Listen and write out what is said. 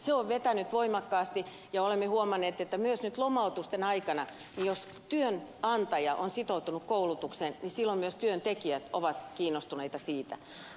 se on vetänyt voimakkaasti ja olemme huomanneet että myös nyt lomautusten aikana jos työnantaja on sitoutunut koulutukseen niin silloin myös työntekijät ovat kiinnostuneita siitä